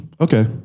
Okay